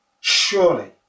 surely